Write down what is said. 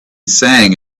sang